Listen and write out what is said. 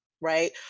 Right